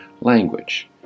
language